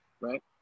right